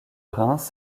reims